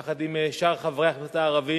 יחד עם שאר חברי הכנסת הערבים.